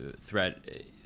threat—